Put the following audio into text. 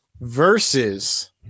versus